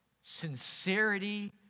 sincerity